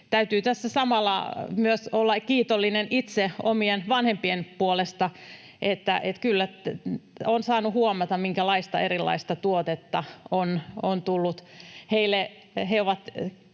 Täytyy tässä samalla myös olla kiitollinen itse omien vanhempien puolesta. Kyllä on saanut huomata, minkälaista erilaista tuotetta on tullut